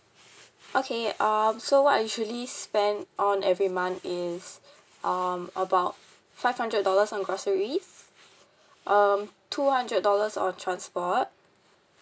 okay um so what I usually spend on every month is um about five hundred dollars on groceries um two hundred dollars on transport